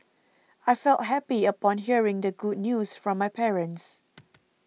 I felt happy upon hearing the good news from my parents